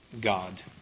God